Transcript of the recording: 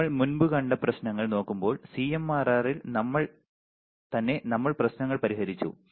നമ്മൾ മുമ്പ് കണ്ട പ്രശ്നങ്ങൾ നോക്കുമ്പോൾ സിഎംആർആറിൽ തന്നെ നമ്മൾ പ്രശ്നങ്ങൾ പരിഹരിച്ചു